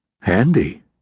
Handy